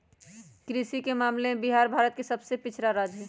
कृषि के मामले में बिहार भारत के सबसे पिछड़ा राज्य हई